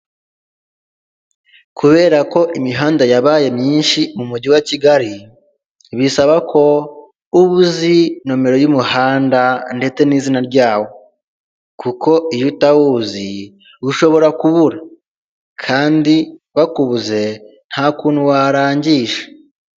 Kubera ko imihanda yabaye myinshi mu mujyi wa Kigali, bisaba ko uba uzi nimero y'umuhanda ndetse n'izina ryawo, kuko iyo utawuzi ushobora kubura, kandi bakubuze nta kuntu warangisha.